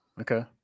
Okay